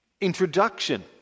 introduction